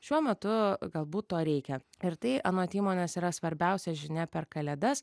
šiuo metu galbūt to reikia ir tai anot įmonės yra svarbiausia žinia per kalėdas